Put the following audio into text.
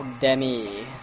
Demi